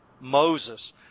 Moses